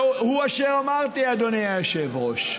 הוא אשר אמרתי, אדוני היושב-ראש.